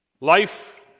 life